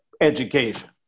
education